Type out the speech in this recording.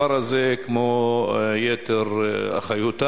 בכפר הזה, כמו ביתר אחיו,